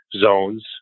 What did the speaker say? zones